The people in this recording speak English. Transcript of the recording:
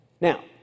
Now